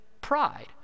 pride